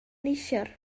neithiwr